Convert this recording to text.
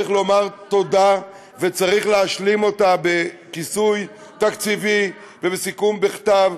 צריך לומר תודה וצריך להשלים אותה בכיסוי תקציבי ובסיכום בכתב,